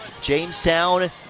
Jamestown